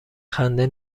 خنده